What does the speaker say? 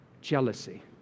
jealousy